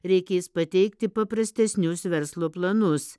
reikės pateikti paprastesnius verslo planus